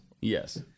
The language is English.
yes